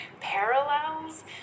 parallels